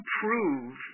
prove